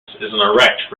erect